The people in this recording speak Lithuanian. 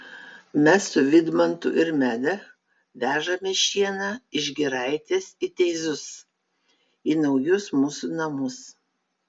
mes su vidmantu ir meda vežame šieną iš giraitės į teizus į naujus mūsų namus